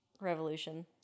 Revolution